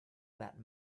that